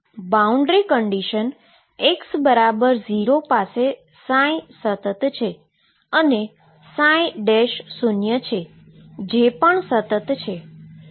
boundary condition x0 પાસે સતત છે અને શુન્ય છે જે પણ સતત છે